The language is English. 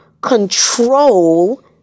control